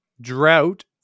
drought